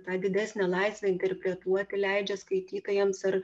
tą didesnę laisvę interpretuoti leidžia skaitytojams ar